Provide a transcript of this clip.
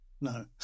No